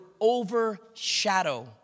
overshadow